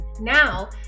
Now